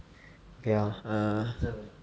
okay ah err